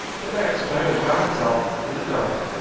the next, diamond found himself in the dark,